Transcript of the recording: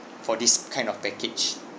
for this kind of package